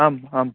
आम् आम्